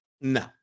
No